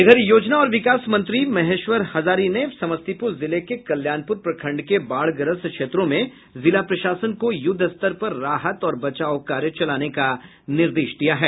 इधर योजना और विकास मंत्री महेश्वर हजारी ने समस्तीपुर जिले के कल्याणपुर प्रखंड के बाढ़ग्रस्त क्षेत्रों में जिला प्रशासन को युद्व स्तर पर राहत और बचाव कार्य चलाने का निर्देश दिया है